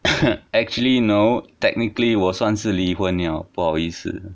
actually no technically 我算是离婚了不好意思